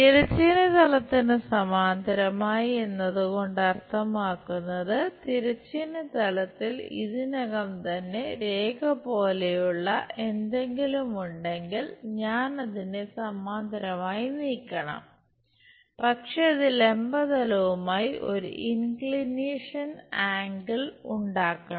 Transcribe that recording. തിരശ്ചീന തലത്തിന് സമാന്തരമായി എന്നതുകൊണ്ട് അർത്ഥമാക്കുന്നത് തിരശ്ചീന തലത്തിൽ ഇതിനകം തന്നെ രേഖ പോലെയുള്ള എന്തെങ്കിലും ഉണ്ടെങ്കിൽ ഞാൻ അതിനെ സമാന്തരമായി നീക്കണം പക്ഷേ അത് ലംബ തലവുമായി ഒരു ചെരിവ് കോൺ ഉണ്ടാക്കണം